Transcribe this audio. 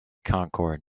concord